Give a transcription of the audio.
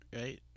right